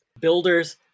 Builders